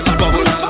bubble